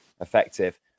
effective